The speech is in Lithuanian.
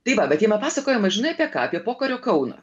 tai va bet jame pasakojama žinai apie ką apie pokario kauną